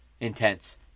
intense